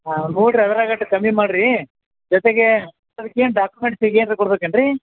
ಹಾಂ ನೋಡ್ರಿ ಅದ್ರಾಗಟ್ ಕಮ್ಮಿ ಮಾಡ್ರೀ ಜೊತೆಗೆ ಅದ್ಕ ಏನು ಡಾಕ್ಯುಮೆಂಟ್ಸಿಗೆ ಏನು ಕೊಡ್ಬೇಕು ಏನು ರೀ